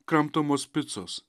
kramtomos picos